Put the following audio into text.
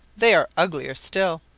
they are uglier still,